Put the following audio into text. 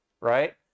right